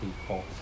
people